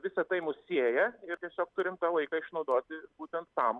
visa tai mus sieja ir tiesiog turim tą laiką išnaudoti būtent tam